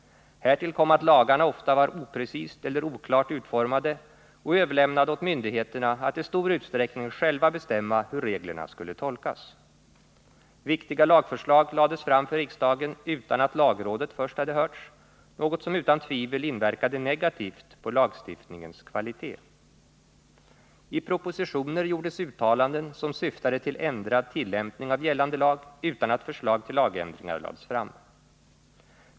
Härtill kom att lagarna ofta var oprecist eller oklart utformade och överlämnade åt myndigheterna att i stor utsträckning själva bestämma hur reglerna skulle 5 tolkas. Viktiga lagförslag lades fram för riksdagen utan att lagrådet först hade hörts, något som utan tvivel inverkade negativt på lagstiftningens kvalitet. I propositioner gjordes uttalanden som syftade till ändrad tillämpning av gällande lag, utan att förslag till lagändringar lades fram.